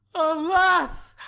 alas!